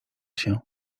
się